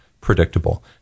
predictable